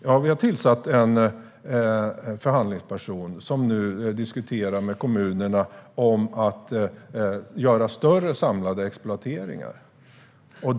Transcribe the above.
Ja, vi har tillsatt en förhandlingsperson som nu diskuterar större samlade exploateringar med kommunerna.